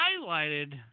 highlighted –